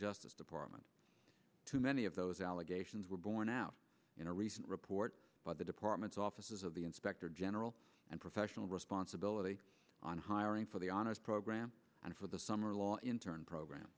justice department too many of those allegations were borne out in a recent report by the department's offices of the inspector general and professional responsibility on hiring for the honors program and for the summer law intern program